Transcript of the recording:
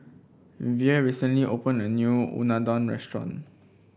Vere recently opened a new Unadon Restaurant